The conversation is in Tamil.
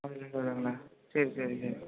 பக்கத்து வீட்டில் இருந்து வருதுங்களா சரி சரி சரி